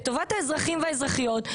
לטובת האזרחים והאזרחיות,